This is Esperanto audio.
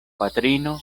patrino